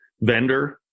vendor